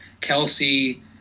Kelsey